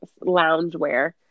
loungewear